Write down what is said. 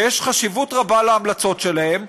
שיש חשיבות רבה להמלצות שלהם,